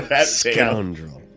Scoundrel